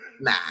Nah